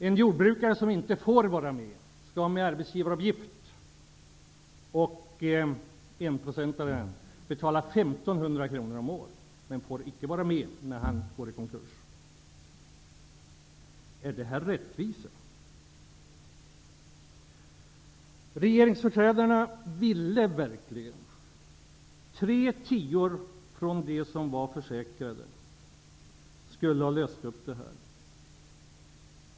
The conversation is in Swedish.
En jordbrukare skall med arbetsgivaravgift betala 1 500 kr om året, men han får icke vara med i A kassan när han går i konkurs. Är det här rättvisa? Regeringsföreträdarna ville verkligen klara detta, och med tre tior från dem som är försäkrade skulle vi ha gjort det.